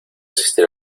asistir